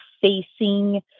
facing